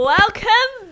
Welcome